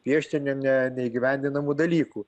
piešti ne ne neįgyvendinamų dalykų